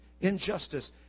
injustice